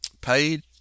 paid